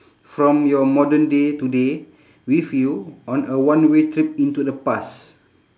from your modern day today with you on a one way trip into the past